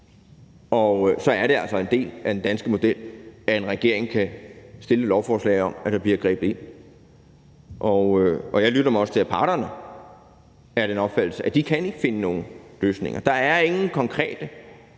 og så er det altså en del af den danske model, at en regering kan fremsætte et lovforslag om, at der bliver grebet ind. Jeg lytter mig også til, at parterne er af den opfattelse, at de ikke kan finde nogen løsninger. Der er ingen konkrete